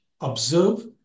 observe